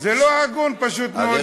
זה לא הגון, פשוט מאוד, מה שקורה כאן.